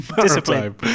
discipline